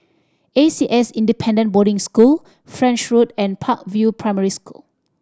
A C S Independent Boarding School French Road and Park View Primary School